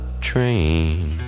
train